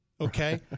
okay